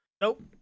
Nope